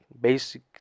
Basic